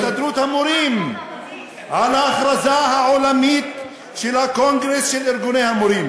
חתמה הסתדרות המורים על ההכרזה העולמית של הקונגרס של ארגוני המורים,